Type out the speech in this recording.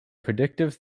predictive